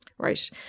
Right